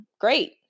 great